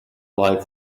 life